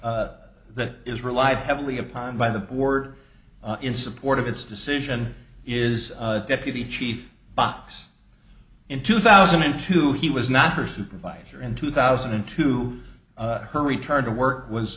witness that is relied heavily upon by the board in support of its decision is deputy chief box in two thousand and two he was not her supervisor in two thousand and two her return to work was